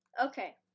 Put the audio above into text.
okay